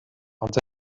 ond